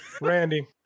Randy